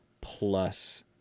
plus